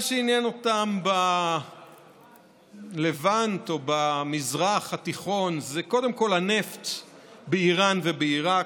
מה שעניין אותם בלבנט או במזרח התיכון זה קודם כול הנפט באיראן ובעיראק.